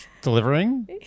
delivering